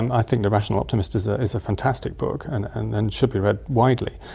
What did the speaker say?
and i think the rational optimist is ah is a fantastic book and and and should be read widely.